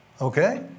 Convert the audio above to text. okay